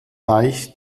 reich